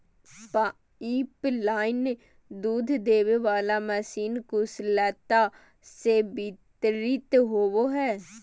pipeline दूध देबे वाला मशीन कुशलता से वितरित होबो हइ